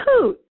Coot